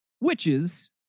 witches